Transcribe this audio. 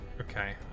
Okay